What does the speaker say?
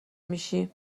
میشی